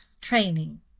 training